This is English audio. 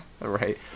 Right